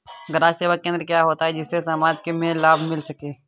ग्राहक सेवा केंद्र क्या होता है जिससे समाज में लाभ मिल सके?